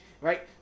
right